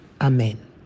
Amen